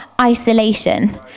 isolation